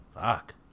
fuck